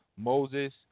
Moses